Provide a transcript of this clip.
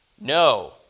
no